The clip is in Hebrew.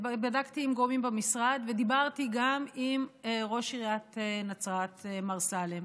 בדקתי עם גורמים במשרד ודיברתי גם עם ראש עיריית נצרת מר סאלם